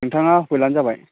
नोंथांआ होफैलानो जाबाय